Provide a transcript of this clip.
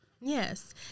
Yes